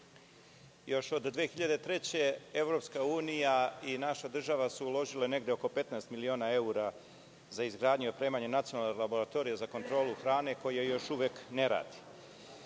godine EU i naša država su uložile negde oko 15 miliona evra za izgradnju i opremanje Nacionalne laboratorije za kontrolu hrane, koja još uvek ne radi.